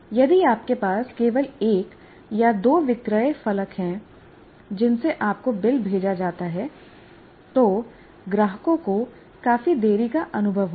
यदि आपके पास केवल एक या दो विक्रय फलक हैं जिनसे आपको बिल भेजा जाता है तो ग्राहकों को काफी देरी का अनुभव होगा